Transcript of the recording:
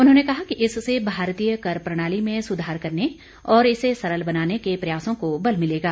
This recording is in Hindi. उन्होंने कहा कि इससे भारतीय कर प्रणाली में सुधार करने और इस सरल बनाने के प्रयासों को बल मिलेगा